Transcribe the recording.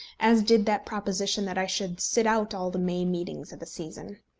as did that proposition that i should sit out all the may meetings of a season.